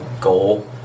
goal